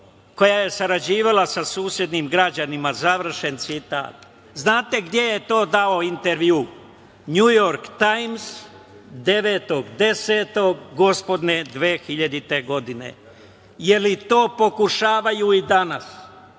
koja je sarađivala sa susednim građanima. Završen citat. Da li znate gde je to dao intervju? Njujork Tajms, 9. oktobra gospodnje 2009. godine. Da li to pokušavaju i danas?